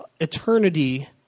eternity